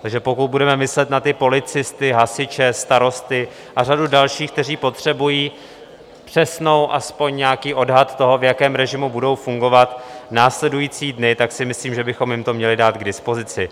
Takže pokud budeme myslet na ty policisty, hasiče, starosty a řadu dalších, kteří potřebují přesný, aspoň nějaký odhad toho, v jakém režimu budou fungovat následující dny, tak si myslím, že bychom jim to měli dát k dispozici.